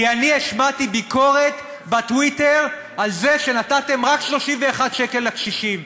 כי השמעתי ביקורת בטוויטר על זה שנתתם רק 31 שקל לקשישים.